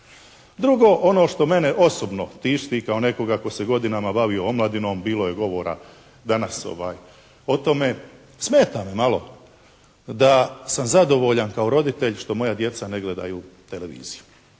Drugo ono što mene osobno tišti kao nekoga tko se godinama bavio omladinom, bilo je govora danas o tome, smeta me malo da sam zadovoljan kao roditelj što moja djeca ne gledaju televiziju